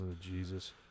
Jesus